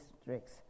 districts